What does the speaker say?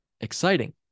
exciting